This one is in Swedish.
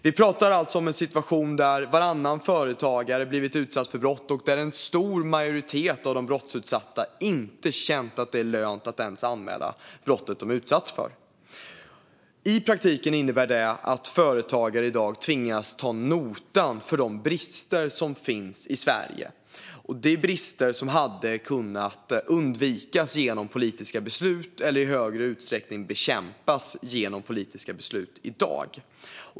Vi pratar alltså om en situation där varannan företagare blivit utsatt för brott och där en stor majoritet av de brottsutsatta inte känt att det är lönt att ens anmäla brottet de utsatts för. I praktiken innebär det att företagare i dag tvingas ta notan för de brister som finns i Sverige. Det är brister som hade kunnat undvikas genom politiska beslut eller i högre utsträckning bekämpas genom politiska beslut i dag.